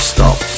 Stop